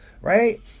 right